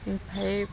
एमफ्राय